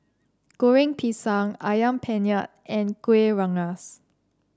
Goreng Pisang ayam Penyet and Kueh Rengas